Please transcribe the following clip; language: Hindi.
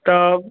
तो